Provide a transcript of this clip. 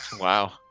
Wow